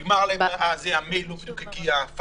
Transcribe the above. המייל לא הגיע,